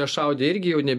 kas šaudė irgi jau ne